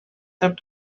tap